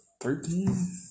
Thirteen